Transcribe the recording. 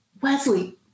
Wesley